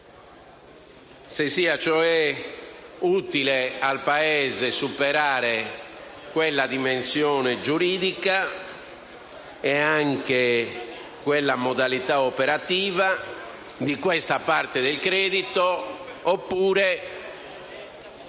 se sia cioè utile al Paese superare quella dimensione giuridica e anche quella modalità operativa di questa parte del credito o se